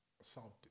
assaulted